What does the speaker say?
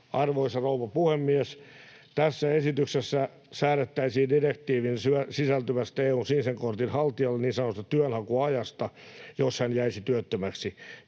Arvoisa rouva puhemies! Tässä esityksessä säädettäisiin direktiiviin sisältyvästä EU:n sinisen kortin haltijan niin sanotusta työnhakuajasta, jos hän jäisi työttömäksi.